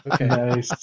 Okay